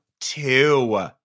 Two